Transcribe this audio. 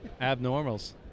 Abnormals